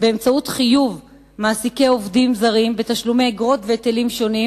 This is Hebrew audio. באמצעות חיוב מעסיקי עובדים זרים בתשלומי אגרות והיטלים שונים.